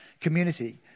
community